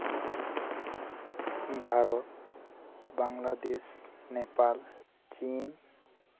ᱵᱷᱟᱨᱚᱛ ᱵᱟᱝᱞᱟᱫᱮᱥ ᱱᱮᱯᱟᱞ ᱪᱤᱱ